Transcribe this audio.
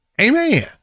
Amen